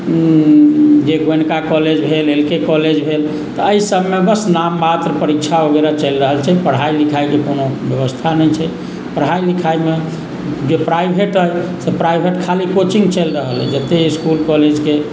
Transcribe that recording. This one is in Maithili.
जे गोयनका कॉलेज भेल एल के कॉलेज भेल ताहि सभमे बस नाम मात्र परीक्षा वगैरह चलि रहल छै पढ़ाइ लिखाइके कोनो व्यवस्था नहि छै पढ़ाइ लिखाइमे जे प्राइभेट अइ से प्राइभेट खाली कोचिंग चलि रहल अइ जतेक इस्कुल कॉलेजके